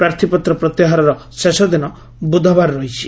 ପ୍ରାର୍ଥୀପତ୍ର ପ୍ରତ୍ୟାହାରର ଶେଷ ଦିନ ବୁଧବାର ରହିଛି